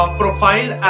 profile